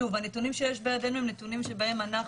שוב, הנתונים שיש בידנו הם הנתונים שאנחנו